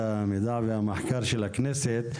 זה נכון אבל גם לרשויות גדולות אחרות וזה בעיקר ככה שאלות.